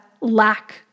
lack